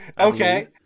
Okay